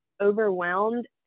overwhelmed